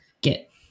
get